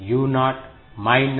u0 minus k0 d అని చూశాము